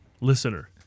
Listener